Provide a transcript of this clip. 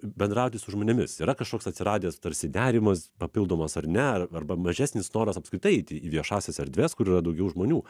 bendrauti su žmonėmis yra kažkoks atsiradęs tarsi nerimas papildomas ar ne arba mažesnis noras apskritai eiti į viešąsias erdves kur yra daugiau žmonių